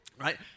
right